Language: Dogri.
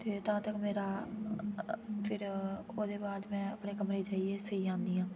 ते तां तक मेरा अ फिर ओह्दे बाद में अपने कमरे च जाइयै सेई जानी आं